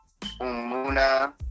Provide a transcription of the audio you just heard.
Umuna